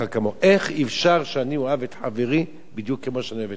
איך אפשר שאני אוהַב את חברי בדיוק כמו שאני אוהב את עצמי?